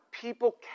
People